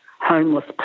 homeless